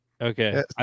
Okay